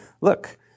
look